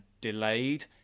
delayed